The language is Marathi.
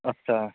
अच्छा